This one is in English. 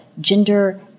gender